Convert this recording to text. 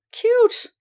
Cute